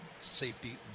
Safety